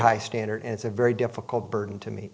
high standard and it's a very difficult burden to me